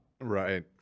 Right